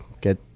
get